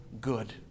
good